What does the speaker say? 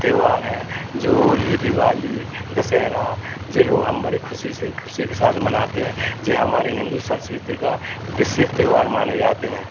त्यौहार हैं जो होली दिवाली दशहरा जे लोग हम बड़ी खुशी से खुशी के साथ हम मानते हैं जे हमारे हिंदू संस्कृति का विशेष त्यौहार माने जाते हैं